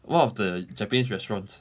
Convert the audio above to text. one of the japanese restaurants